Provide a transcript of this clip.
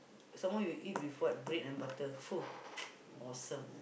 some more you eat with what bread and butter awesome